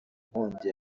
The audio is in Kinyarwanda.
nkongi